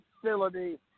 facility